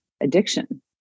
addiction